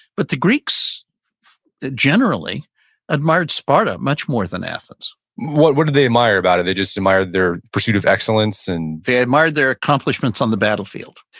but the greeks generally admired sparta much more than athens what what do they admire about it? they just admire their pursuit of excellence and they admired their accomplishments on the battlefield.